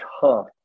tough